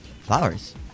Flowers